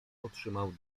otrzymał